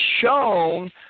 shown